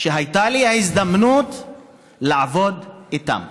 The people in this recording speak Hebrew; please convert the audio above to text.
שהייתה לי ההזדמנות לעבוד איתם.